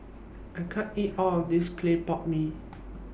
I can't eat All of This Clay Pot Mee